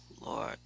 Lord